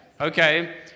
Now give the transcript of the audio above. Okay